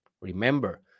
Remember